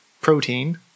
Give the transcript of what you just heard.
protein